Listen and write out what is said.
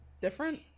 different